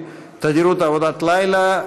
תדירות עבודת לילה),